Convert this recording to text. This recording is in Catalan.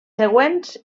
següents